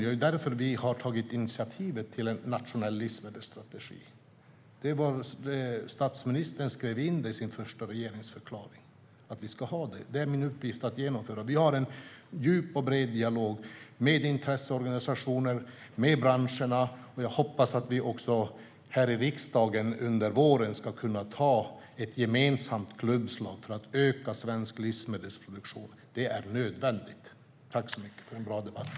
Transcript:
Det är för att öka den som vi har tagit initiativet till en nationell livsmedelsstrategi. Statsministern skrev in i sin första regeringsförklaring att vi ska ha en sådan. Det är min uppgift att genomföra det. Vi har en djup och bred dialog med intresseorganisationer och med branscherna, och jag hoppas att vi här i riksdagen under våren ska kunna göra ett gemensamt klubbslag för att öka svensk livsmedelsproduktion. Det är nödvändigt.